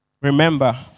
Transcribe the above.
Remember